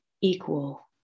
equal